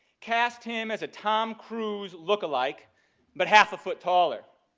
cast him as a tom cruise look-alike but half a foot taller.